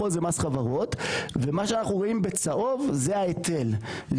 חברות ומה שאנחנו רואים בצהוב זה ההיטל.